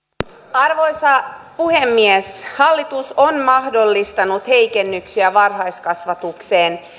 arvoisa puhemies hallitus on mahdollistanut heikennyksiä varhaiskasvatukseen